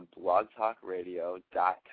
blogtalkradio.com